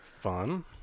Fun